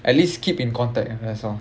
at least keep in contact ah that's all